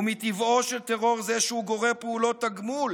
ומטבעו של טרור זה שהוא גורר פעולות תגמול